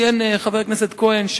ציין חבר הכנסת כהן,